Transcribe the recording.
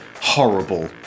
horrible